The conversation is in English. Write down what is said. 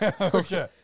Okay